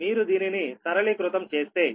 మీరు దీనిని సరళీకృతం చేస్తే ఇది వచ్చి λ12 4